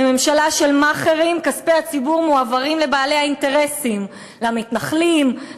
בממשלה של מאכערים כספי הציבור מועברים לבעלי האינטרסים: למתנחלים,